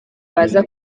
baza